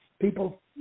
People